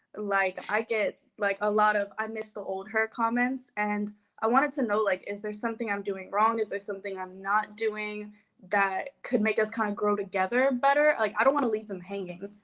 like i get like a lot of, i missed the old her comments and i wanted to know like is there something i'm doing wrong? is there something i'm not doing that could make us kind of grow together better? like i don't wanna leave them hanging.